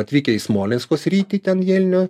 atvykę į smolensko sritį ten jelnio